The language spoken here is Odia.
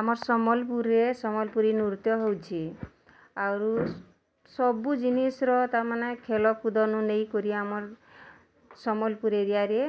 ଆମର୍ ସମ୍ବଲପୁରୀରେ ସମ୍ବଲପୁରୀ ନୃତ୍ୟ ହେଉଛି ଆରୁସ୍ ସବୁ ଜିନିଷ୍ର ତାମାନେ ଖେଳ କୁଦ ନୁଁ ନେଇ କରି ଆମର୍ ସମ୍ବଲପୁର୍ ଏରିଆରେ